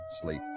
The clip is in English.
sleep